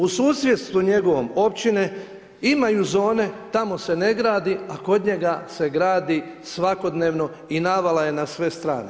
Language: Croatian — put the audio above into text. U susjedstvu njegovom općine imaju zone, tamo se ne gradi, a kod njega se gradi svakodnevno i navala je na sve strane.